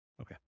Okay